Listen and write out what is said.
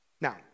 Now